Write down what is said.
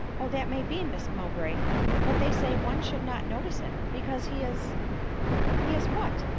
oh, that may be, miss mowbray but they say one should not notice him, because he is he is what?